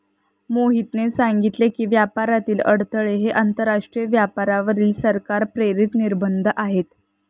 मोहितने सांगितले की, व्यापारातील अडथळे हे आंतरराष्ट्रीय व्यापारावरील सरकार प्रेरित निर्बंध आहेत